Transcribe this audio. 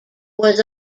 was